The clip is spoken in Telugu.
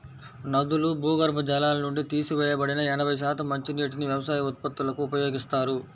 నదులు, భూగర్భ జలాల నుండి తీసివేయబడిన ఎనభై శాతం మంచినీటిని వ్యవసాయ ఉత్పత్తులకు ఉపయోగిస్తారు